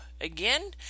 again